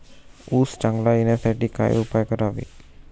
ऊस चांगला येण्यासाठी काय उपाय करावे?